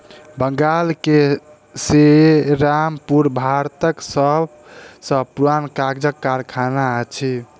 बंगाल के सेरामपुर भारतक सब सॅ पुरान कागजक कारखाना अछि